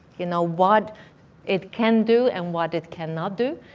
you know what it can do and what it cannot do,